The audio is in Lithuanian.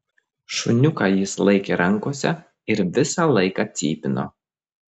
šuniuką jis laikė rankose ir visą laiką cypino